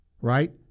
right